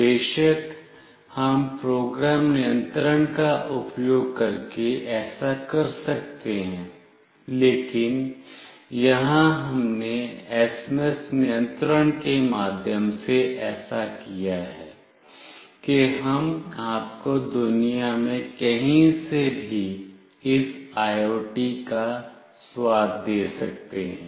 बेशक हम प्रोग्राम नियंत्रण का उपयोग करके ऐसा कर सकते हैं लेकिन यहां हमने एसएमएस नियंत्रण के माध्यम से ऐसा किया है कि हम आपको दुनिया में कहीं से भी इस आईओटी का स्वाद दे सकते हैं